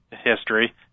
history